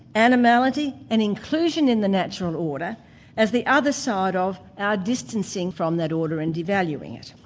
animality and inclusion in the natural order as the other side of our distancing from that order and devaluing it.